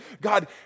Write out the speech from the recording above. God